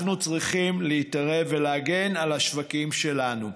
אנחנו צריכים להתערב ולהגן על השווקים שלנו.